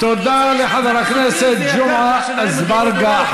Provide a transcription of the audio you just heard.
צריך לפנות, תודה לחבר הכנסת ג'מעה אזברגה.